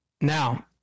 Now